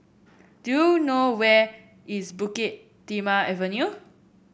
do you know where is Bukit Timah Avenue